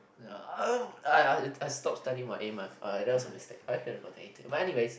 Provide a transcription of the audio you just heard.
uh I I I stop studying my A math alright that was a mistake I could have gotten A two but anyways